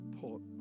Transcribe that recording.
Port